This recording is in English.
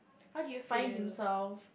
find himself